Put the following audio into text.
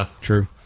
true